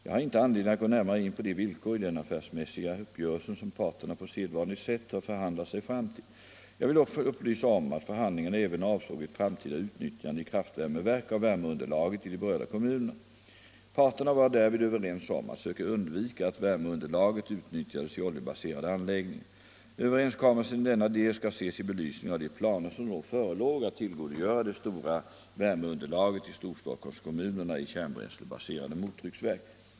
Jag har inte anledning att gå närmare in på de villkor i den affärsmässiga uppgörelsen som parterna på sedvanligt sätt har förhandlat sig fram till. Jag vill dock upplysa om att förhandlingarna även avsåg ett framtida utnyttjande i kraftvärmeverk av värmeunderlaget i de berörda kommunerna. Parterna var därvid överens om att söka undvika att värmeunderlaget utnyttjades i oljebaserade anläggningar. Överenskommelsen i denna del skall ses i belysning av de planer som då förelåg att tillgodogöra det stora värmeunderlaget i Storstockholmskommunerna i kärnbränslebaserade mottrycksverk.